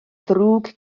ddrwg